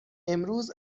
امروز